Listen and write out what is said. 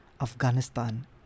Afghanistan